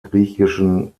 griechischen